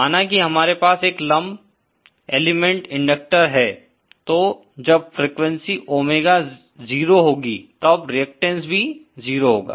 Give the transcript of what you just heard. माना की हमारे पास एक लम्प एलिमेंट इंडक्टर है तो जब फ्रीक्वेंसी ओमेगा 0 होगी तब रेअक्टैंस भी 0 होगा